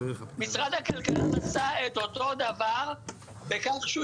משרד הכלכלה עשה את אותו דבר בכך שהוא